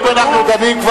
תאמין לי,